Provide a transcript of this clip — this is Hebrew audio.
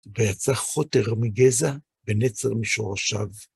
ויצא חוטר מגזע ונצר משורשיו.